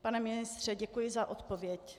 Pane ministře, děkuji za odpověď.